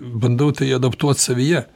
bandau tai adaptuot savyje